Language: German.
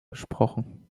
gesprochen